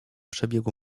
przebiegł